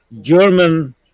German